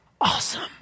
awesome